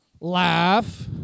laugh